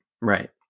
Right